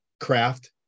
craft